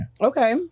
Okay